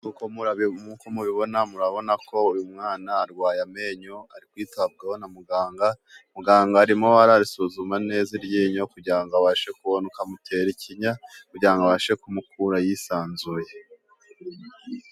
Nkuko mubibona murabona ko uyu mwana arwaye amenyo ari kwitabwaho na muganga, muganga arimo ararisuzuma neza iryinyo kugira abashe kubona uko amutera ikinya kugira ngo abashe kumukura yisanzuye.